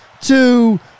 two